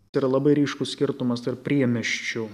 tai yra labai ryškus skirtumas tarp priemiesčių